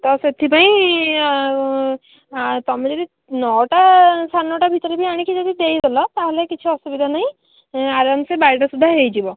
ତ ସେଥିପାଇଁ ତୁମେ ଯଦି ନଅଟା ସାଢ଼େ ନଅଟା ଭିତରେ ଯଦି ଆଣିକି ବି ଦେଇଦେଲ ତାହେଲେ କିଛି ଅସୁବିଧା ନାହିଁ ଆରାମ୍ସେ ବାରେଟା ସୁଦ୍ଧା ହେଇଯିବ